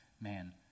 Man